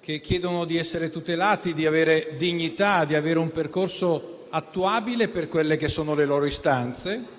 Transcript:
che chiedono di essere tutelati, di avere dignità, di avere un percorso attuabile per le loro istanze.